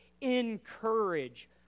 encourage